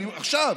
עכשיו,